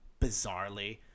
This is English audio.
bizarrely